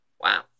wow